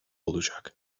olacak